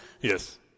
yes